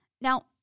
Now